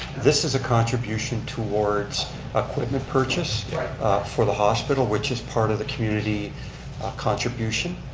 this is a contribution towards equipment purchase for the hospital, which is part of the community contribution.